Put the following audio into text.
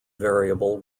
variable